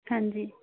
ਹਾਂਜੀ